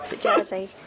Jersey